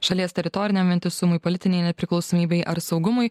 šalies teritoriniam vientisumui politinei nepriklausomybei ar saugumui